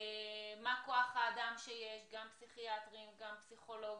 מה כוח האדם שיש, גם פסיכיאטרים, גם פסיכולוגים,